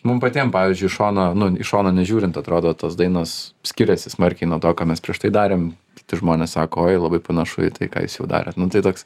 mum patiem pavyzdžiui iš šono nu iš šono nežiūrint atrodo tos dainos skiriasi smarkiai nuo to ką mes prieš tai darėm kiti žmonės sako oi labai panašu į tai ką jis jau darėt nu tai toks